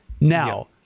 Now